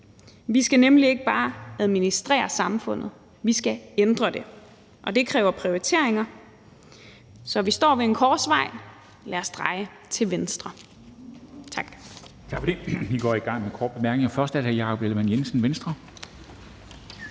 Vi skal nemlig ikke bare administrere samfundet, vi skal ændre det. Det kræver prioriteringer. Så vi står ved en korsvej: Lad os dreje til venstre. Tak.